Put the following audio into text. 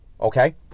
okay